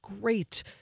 great